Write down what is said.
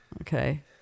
okay